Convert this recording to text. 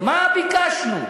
מה ביקשנו?